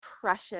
precious